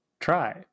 Try